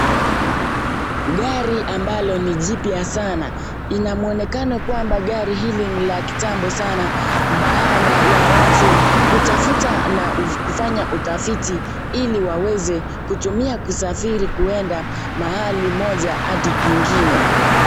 Gari ambalo ni jipya sana inamuonekano kwamba gari hili ni la kitambo sana baada ya watu kutafuta na kufanya utafiti ili waweze kutumia kusafiri kwenda mahali moja hadi kwingine.